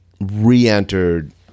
re-entered